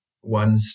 one